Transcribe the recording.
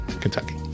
Kentucky